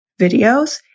videos